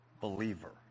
believer